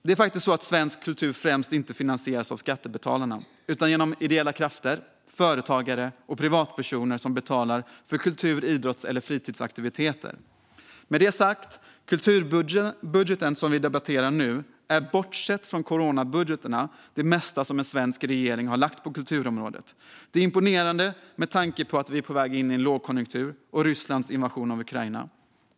Det är faktiskt så att svensk kultur inte främst finansieras av skattebetalarna utan genom ideella krafter, företagare och privatpersoner som betalar för kultur, idrotts eller fritidsaktiviteter. Med det sagt är den budget som vi nu debatterar bortsett från coronabudgetarna den största som en svensk regering lagt fram på kulturområdet. Det är imponerande med tanke på den lågkonjunktur vi är på väg in i och Rysslands invasion av Ukraina.